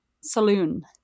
saloon